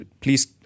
Please